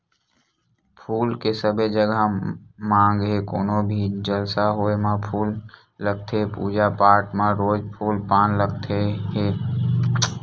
फूल के सबे जघा मांग हे कोनो भी जलसा होय म फूल लगथे पूजा पाठ म रोज फूल पान लगत हे किसान मन ह ए कोती बने धियान देत हे